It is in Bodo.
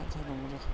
मा जाबावनांगौ जाखो